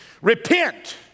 repent